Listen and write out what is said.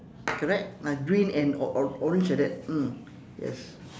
correct ah green and or~ or~ orange like that mm yes